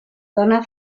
dona